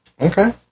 Okay